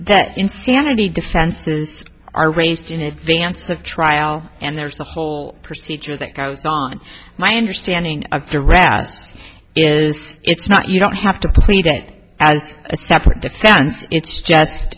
that insanity defenses are raised in advance of trial and there's a whole procedure that cows on my understanding to ras is it's not you don't have to plead it as a separate defense it's just